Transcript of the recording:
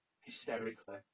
hysterically